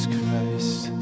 Christ